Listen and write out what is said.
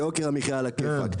יוקר המחיה על הכאפק.